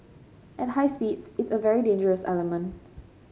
at high speeds it's a very dangerous element